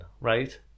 right